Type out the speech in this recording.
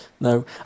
No